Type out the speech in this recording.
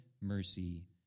mercy